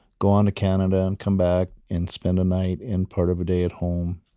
go on to canada and come back and spend a night and part of a day at home.